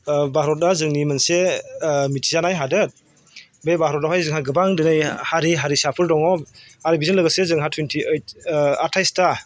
भारतआ जोंनि मोनसे मिथिजानाय हादोर बे भारतआवहाय जोंहा गोबां दिनै हारि हारिसाफोर दङ आरो बिजों लोगोसे जोंहा टुयेनटि एइट आथाय्सथा